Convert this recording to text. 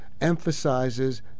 emphasizes